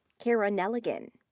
kara neligan.